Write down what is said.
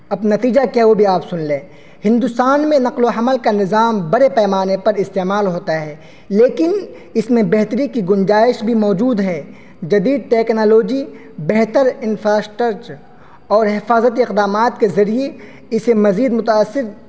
اب نتیجہ کیا ہے وہ بھی آپ سن لیں ہندوستان میں نقل و حمل کا نظام بڑے پیمانے پر استعمال ہوتا ہے لیکن اس میں بہتری کی گنجائش بھی موجود ہے جدید ٹکنالوجی بہتر انفراسٹچ اور حفاظتی اقدامات کے ذریعے اسے مزید متأثر